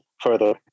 further